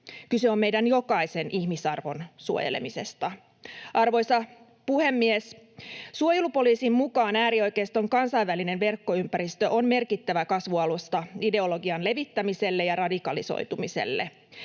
Kyse on meidän jokaisen ihmisarvon suojelemisesta. Arvoisa puhemies! Suojelupoliisin mukaan äärioikeiston kansainvälinen verkkoympäristö on merkittävä kasvualusta ideologian levittämiselle ja radikalisoitumiselle.